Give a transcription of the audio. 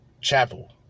Chapel